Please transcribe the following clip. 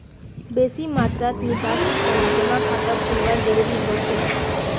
बेसी मात्रात निकासीर तने जमा खाता खोलवाना जरूरी हो छेक